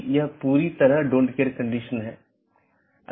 इसलिए इसमें केवल स्थानीय ट्रैफ़िक होता है कोई ट्रांज़िट ट्रैफ़िक नहीं है